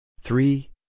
three